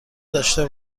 داشته